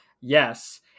yes